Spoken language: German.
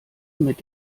mit